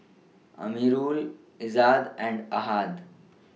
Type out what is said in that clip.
Amirul Izzat and Ahad